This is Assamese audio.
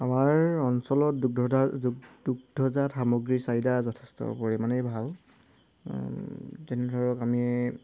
আমাৰ অঞ্চলত দুগ্ধজাত সামগ্ৰীৰ চাহিদা যথেষ্ট পৰিমাণেই ভাল যেনে ধৰক আমি